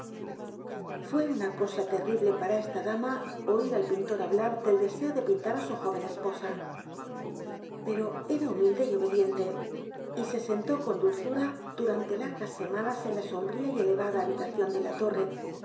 é una cosa terrible p a r a esta dama oir al pintor hablar del deseo de pintar á su joven esposa p e r o era humilde y obediente y se sentó con dulzura durante l a r g a s semanas en la sombría y elevada habitación de la torre